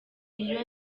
iyo